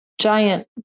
giant